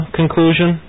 conclusion